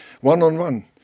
One-on-one